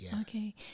Okay